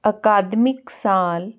ਅਕਾਦਮਿਕ ਸਾਲ